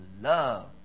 love